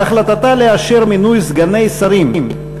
על החלטתה לאשר מינוי סגני שרים.